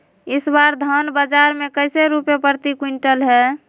इस बार धान बाजार मे कैसे रुपए प्रति क्विंटल है?